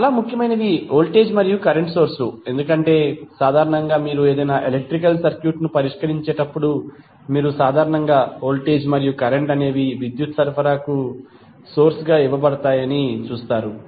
చాలా ముఖ్యమైనవి వోల్టేజ్ మరియు కరెంట్ సోర్స్ లు ఎందుకంటే సాధారణంగా మీరు ఏదైనా ఎలక్ట్రికల్ సర్క్యూట్ ను పరిష్కరించేటప్పుడు మీరు సాధారణంగా వోల్టేజ్ మరియు కరెంట్ అనేవి విద్యుత్ సరఫరాకు సోర్స్ గా ఇవ్వబడతాయని చూస్తారు